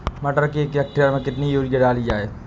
मटर के एक हेक्टेयर में कितनी यूरिया डाली जाए?